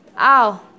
Ow